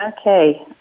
Okay